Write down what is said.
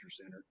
Center